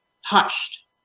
hushed